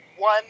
One